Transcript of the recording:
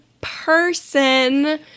person